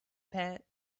pat